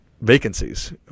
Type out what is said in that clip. vacancies